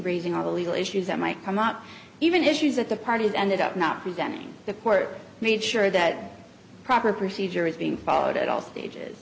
raising all the legal issues that might come up even issues that the parties ended up not presenting the court made sure that proper procedure is being followed at all stages